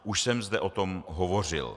Už jsem zde o tom hovořil.